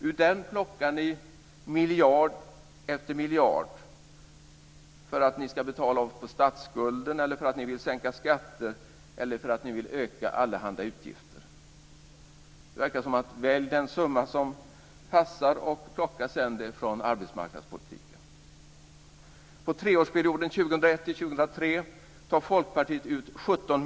Ur den plockar ni miljard efter miljard för att ni ska betala av på statsskulden, för att ni vill sänka skatter eller för att ni vill öka allehanda utgifter. Det verkar som att ni väljer den summa som passar och sedan plockar den från arbetsmarknadspolitiken.